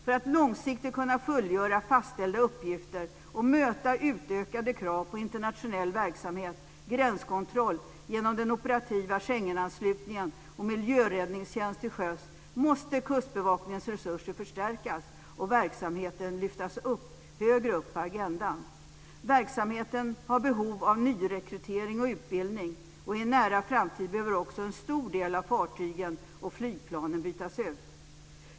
För att långsiktigt kunna fullgöra fastställda uppgifter och möta utökade krav på internationell verksamhet, gränskontroll genom den operativa Schengenanslutningen och miljöräddningstjänst till sjöss måste Kustbevakningens resurser förstärkas och verksamheten lyftas högre upp på agendan. Verksamheten har behov av nyrekrytering och utbildning. I en nära framtid behöver också en stor del av fartygen och flygplanen bytas ut.